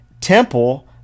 Temple